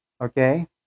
okay